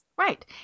Right